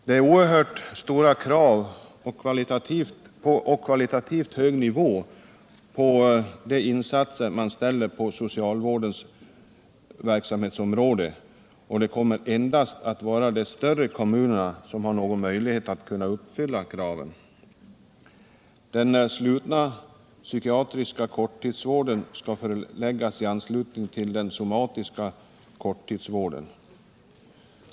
Det är oerhört stora krav och kvalitativt hög nivå på de insatser man ställer i utsikt på socialvårdens verksamhetsområde, och det kommer att vara endast de större kommunerna som har någon möjlighet att kunna uppfylla kraven. Den slutna psykiatriska korttidsvården skall förläggas i anslutning till den somatiska korttidsvården.